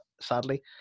sadly